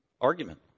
argument